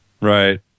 Right